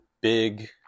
big